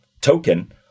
token